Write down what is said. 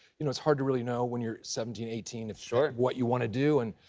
you know it's hard to really know when you're seventeen, eighteen. sure. what you want to do, and,